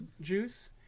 juice